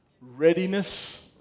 Readiness